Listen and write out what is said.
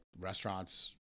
restaurants